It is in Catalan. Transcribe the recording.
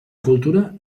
cultura